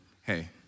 Hey